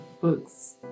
books